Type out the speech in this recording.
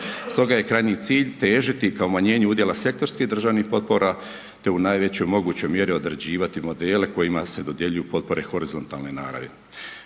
Stoga je krajnji cilj težiti ka umanjenju udjela sektorskih državnih potpora te u najvećoj mogućoj mjeri odrađivati modele kojima se dodjeljuju potpore horizontalne naravi.